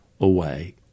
away